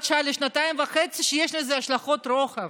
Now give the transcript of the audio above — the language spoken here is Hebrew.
השעה בו היא לשנתיים וחצי כשיש לזה השלכות רוחב.